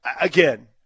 again